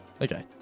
Okay